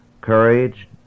Courage